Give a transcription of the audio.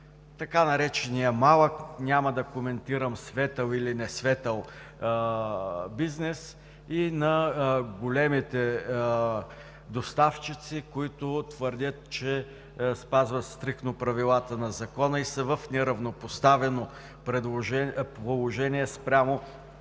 така наречения „малък“ – няма да коментирам светъл или несветъл – бизнес, и на големите доставчици, които твърдят, че спазват стриктно правилата на закона и са в неравнопоставено положение спрямо